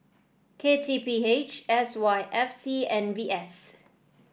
K T P H S Y F C and V S